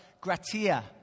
gratia